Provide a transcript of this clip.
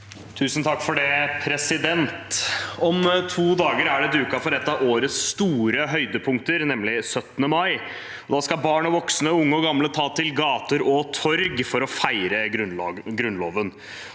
Lund (R) Om to dager er det duket for et av årets store høydepunkter, nemlig 17. mai. Da skal barn og voksne, unge og gamle ta til gater og torg for å feire Grunnloven.